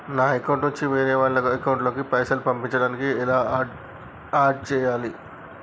నా అకౌంట్ నుంచి వేరే వాళ్ల అకౌంట్ కి పైసలు పంపించడానికి ఎలా ఆడ్ చేయాలి?